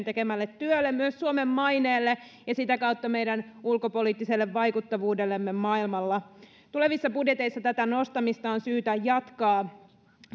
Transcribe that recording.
tekemälle työlle myös suomen maineelle ja sitä kautta meidän ulkopoliittiselle vaikuttavuudellemme maailmalla tulevissa budjeteissa tätä nostamista on syytä jatkaa